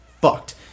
fucked